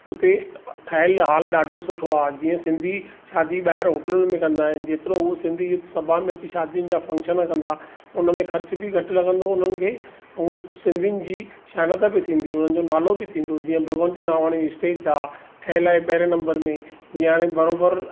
उते ठहियलु हॉल ॾाढो सुठो आहे जीअं सिंधी शादी ॿाहिरि होटलुनि में कंदा आहिनि जेतिरो उहो सिंधी युथ सभा में थी शादीनि जा फंक्शन कंदा उन में ख़र्च बि घटि लॻंदो हुननि खे ऐं सिंधियुनि जी सियाणतु बि थींदी उननि जो नालो बि थींदो जीअं भगवंती नावाणी स्टेज जा ठहियलु आहे पहिरें नंबर में जीअं हाणे बरोबरि